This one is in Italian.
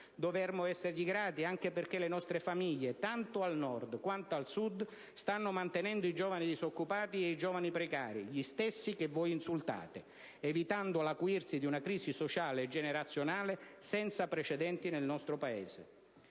Dovremmo essere loro grati anche perché le nostre famiglie, tanto al Nord quanto al Sud, stanno mantenendo i giovani disoccupati e i giovani precari - gli stessi che voi insultate - evitando l'acuirsi di una crisi sociale e generazionale senza precedenti nel nostro Paese.